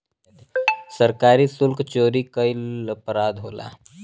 सरकारी सुल्क चोरी कईल अपराध होला